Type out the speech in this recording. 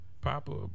Papa